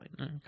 Okay